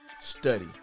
Study